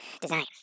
design